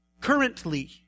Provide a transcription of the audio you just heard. currently